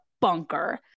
bunker